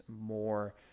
more